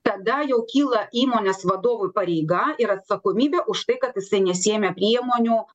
tada jau kyla įmonės vadovui pareiga ir atsakomybė už tai kad jisai nesiėmė priemonių